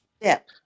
step